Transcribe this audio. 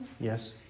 Yes